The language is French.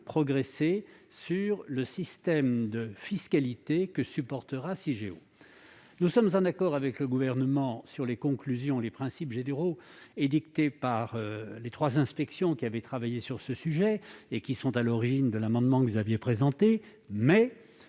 progressé sur le système de fiscalité que supportera Cigéo. Nous sommes d'accord avec le Gouvernement sur les conclusions et les principes généraux édictés par les trois inspections qui ont travaillé sur ce sujet et qui sont à l'origine de l'amendement qu'il a présenté,